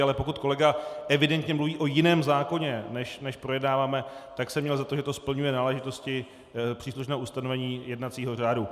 Ale pokud kolega evidentně mluví o jiném zákoně, než projednáváme, tak jsem měl za to, že to splňuje náležitosti příslušného ustanovení jednacího řádu.